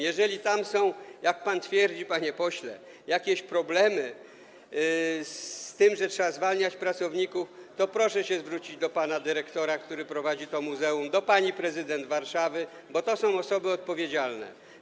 Jeżeli tam są, jak pan twierdzi, panie pośle, jakieś problemy z tym, że trzeba zwalniać pracowników, to proszę się zwrócić do pana dyrektora, który prowadzi to muzeum, do pani prezydent Warszawy, bo to są osoby za to odpowiedzialne.